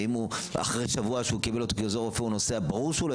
ואם אחרי שבוע שהוא קיבל --- הוא נוסע ברור שהוא לא